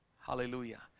hallelujah